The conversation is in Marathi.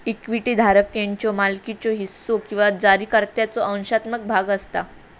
इक्विटी धारक त्याच्यो मालकीचो हिस्सो किंवा जारीकर्त्याचो अंशात्मक भाग असता